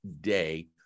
day